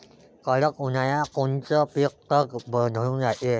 कडक उन्हाळ्यात कोनचं पिकं तग धरून रायते?